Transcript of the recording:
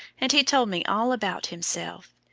and he told me all about himself.